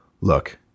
look